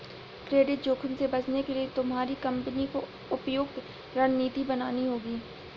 credit जोखिम से बचने के लिए तुम्हारी कंपनी को उपयुक्त रणनीति बनानी होगी